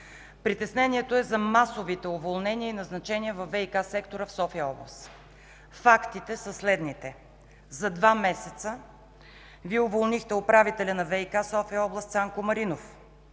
Притеснението е за масовите уволнения и назначения във ВиК сектора в София област. Фактите са следните. За два месеца Вие уволнихте управителя на ВиК София област Цанко Маринов,